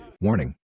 Warning